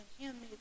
handmade